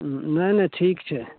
नहि नहि ठीक छै